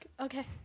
okay